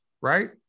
right